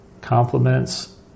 compliments